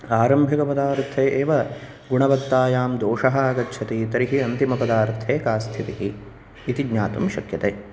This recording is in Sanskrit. आरम्भित पदार्थे एव गुणवत्तायां दोषः आगच्छति तर्हि अन्तिम पदार्थे का स्थितिः इति ज्ञातुं शक्यते